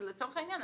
לצורך העניין,